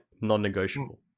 non-negotiable